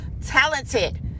talented